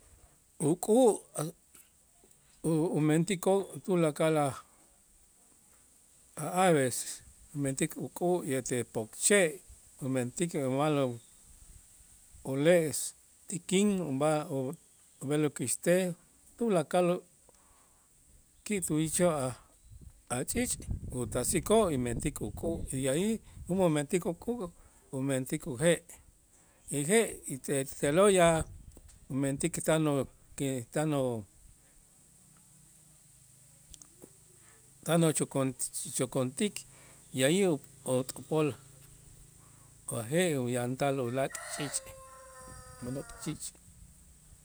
Uk'u' umentikoo' tulakal a' a- aves mentik uk'u' ete pokche' umentik uma'lo' ule' tikin unb'aj o ub'el ukäxtej tulakal ki' tuyichoo' a'-a' ch'iich' utasikoo' y mentik uk'u' y de allí jun umentik uk'u' umentik uje' y je' y te- te'lo' ya umentik tan u que tan u tan uchukon chokontik y alli u ot pol o a' je' uyantal ulaak' ch'iich' mo'nok ch'iich'.